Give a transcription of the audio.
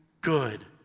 good